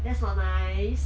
that's not nice